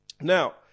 Now